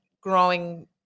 growing